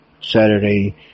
Saturday